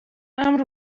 امر